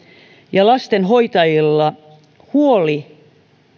ja lastenhoitajilla huoli